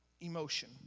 emotion